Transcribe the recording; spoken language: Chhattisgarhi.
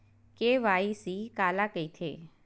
के.वाई.सी काला कइथे?